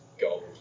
gold